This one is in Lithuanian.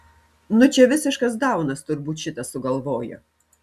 nu čia visiškas daunas turbūt šitą sugalvojo